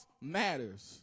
matters